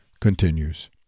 continues